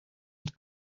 het